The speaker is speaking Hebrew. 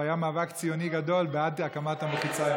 והיה מאבק ציוני גדול בעד הקמת המחיצה.